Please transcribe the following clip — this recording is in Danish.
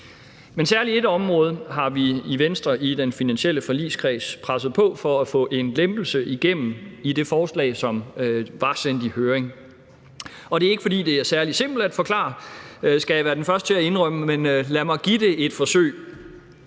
Særlig på et område har vi i Venstre i den finansielle forligskreds presset på for at få en lempelse igennem i det forslag, som var sendt i høring. Det er ikke, fordi det er særlig simpelt at forklare, og det skal jeg være den første til at indrømme, men lad mig forsøge.